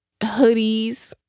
hoodies